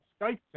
Skype